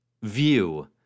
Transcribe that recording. view